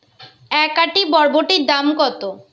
এক আঁটি বরবটির দাম কত?